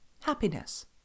Happiness